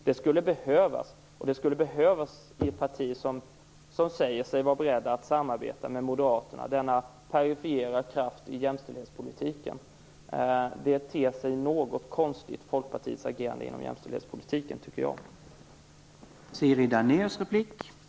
Det skulle behövas i ett parti som säger sig vara berett att samarbeta med Moderaterna - denna perifera kraft i jämställdhetspolitiken. Folkpartiets agerande inom jämställdhetspolitiken ter sig något konstigt, tycker jag.